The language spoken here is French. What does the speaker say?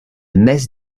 messe